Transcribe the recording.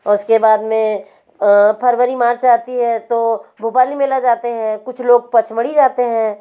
उसके बाद में फरवरी मार्च आती है तो भोपाली मेला जाते हैं कुछ लोग पचमढ़ी जाते हैं